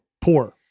poor